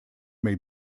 may